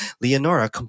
Leonora